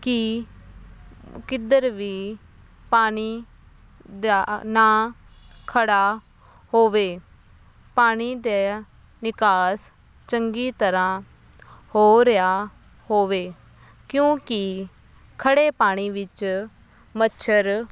ਕੀ ਕਿੱਧਰ ਵੀ ਪਾਣੀ ਦਾ ਨਾ ਖੜ੍ਹਾ ਹੋਵੇ ਪਾਣੀ ਦੇ ਨਿਕਾਸ ਚੰਗੀ ਤਰ੍ਹਾਂ ਹੋ ਰਿਹਾ ਹੋਵੇ ਕਿਉਂਕਿ ਖੜ੍ਹੇ ਪਾਣੀ ਵਿੱਚ ਮੱਛਰ